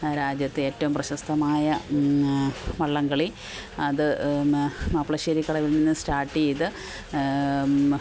രാജ്യത്തെ ഏറ്റവും പ്രശസ്തമായ വള്ളംകളി അത് മാപ്ലശ്ശേരി കടവിൽ നിന്ന് സ്റ്റാർട്ട് ചെയ്ത്